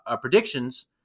predictions